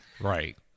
Right